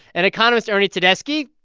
and economist ernie tedeschi,